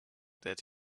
that